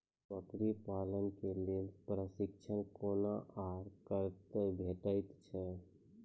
बकरी पालन के लेल प्रशिक्षण कूना आर कते भेटैत छै?